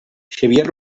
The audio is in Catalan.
xavier